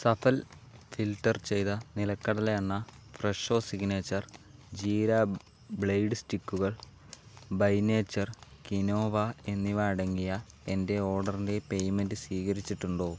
Safal filter ചെയ്ത നിലക്കടല എണ്ണ ഫ്രെഷോ സിഗ്നേച്ചർ ജീര ബ്ലേഡ് സ്റ്റിക്കുകൾ ബൈ നേച്ചർ ക്വിനോവ എന്നിവ അടങ്ങിയ എന്റെ ഓർഡറിന്റെ പേയ്മെൻറ് സ്വീകരിച്ചിട്ടുണ്ടോ